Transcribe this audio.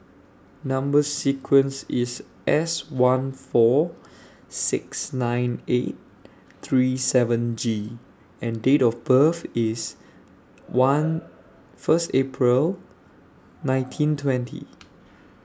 Number sequence IS S one four six nine eight three seven G and Date of birth IS one First April nineteen twenty